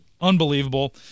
unbelievable